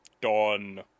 Dawn